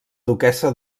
duquessa